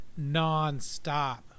nonstop